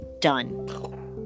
done